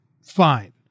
Fine